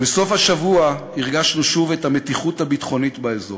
"בסוף השבוע הרגשנו שוב את המתיחות הביטחונית באזור.